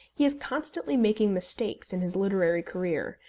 he is constantly making mistakes in his literary career,